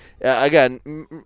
again